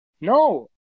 No